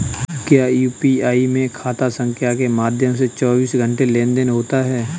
क्या यू.पी.आई में खाता संख्या के माध्यम से चौबीस घंटे लेनदन होता है?